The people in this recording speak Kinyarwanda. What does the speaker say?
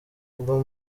bwo